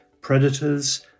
predators